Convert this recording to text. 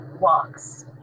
walks